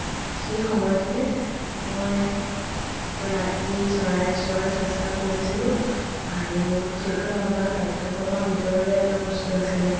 সেই সময়খিনিত মই ৰাতি চৰাই চোৱাৰ চেষ্টা কৰিছিলোঁ আৰু সেইটো আমাৰ পাঠ্যক্ৰমৰ ভিতৰৰে এটা বস্তু আছিলে